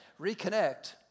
reconnect